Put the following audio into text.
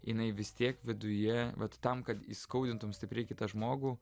jinai vis tiek viduje vat tam kad įskaudintum stipriai kitą žmogų